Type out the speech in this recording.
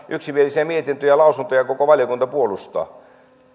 yksimielisiä mietintöjä ja lausuntoja koko valiokunta puolustaa ja